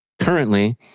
currently